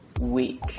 week